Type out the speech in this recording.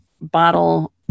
bottle